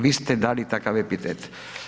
Vi ste dali takav epitet.